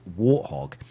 Warthog